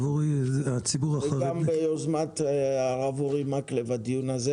עבורי הציבור החרדי --- הדיון הזה